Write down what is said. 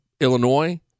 Illinois